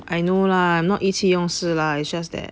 I know lah not 意气用事 lah it's just that